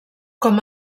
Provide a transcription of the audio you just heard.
com